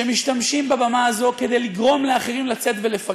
שמשתמשים בבמה הזאת כדי לגרום לאחרים לצאת ולפגע.